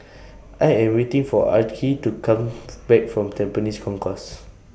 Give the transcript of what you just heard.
I Am waiting For Archie to Come Back from Tampines Concourse